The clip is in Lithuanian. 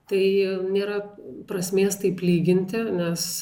tai nėra prasmės taip lyginti nes